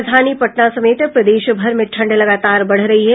राजधानी पटना समेत प्रदेश भर में ठंड लगातार बढ़ रही है